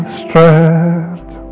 strength